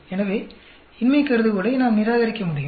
எனவே இன்மை கருதுகோளை நாம் நிராகரிக்க முடியும்